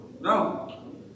No